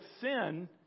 sin